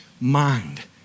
mind